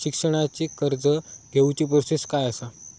शिक्षणाची कर्ज घेऊची प्रोसेस काय असा?